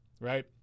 right